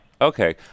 Okay